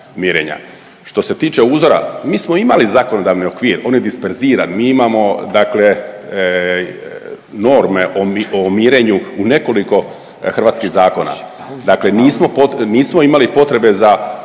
Što se tiče uzora, mi smo imali zakonodavni okvir. On je disperziran, mi imamo dakle norme o mirenju u nekoliko hrvatskih zakona, dakle nismo pod, nismo imali potrebe za